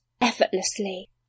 effortlessly